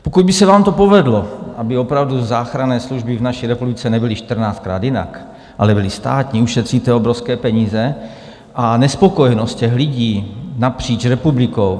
Pokud by se vám to povedlo, aby opravdu záchranné služby v naší republice nebyly čtrnáctkrát jinak, ale byly státní, ušetříte obrovské peníze a nespokojenost lidí napříč republikou.